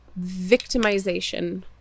victimization